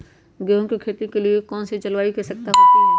गेंहू की खेती के लिए कौन सी जलवायु की आवश्यकता होती है?